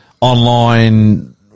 online